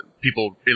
people